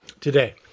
today